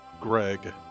Greg